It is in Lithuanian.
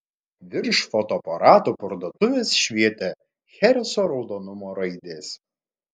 virš fotoaparatų parduotuvės švietė chereso raudonumo raidės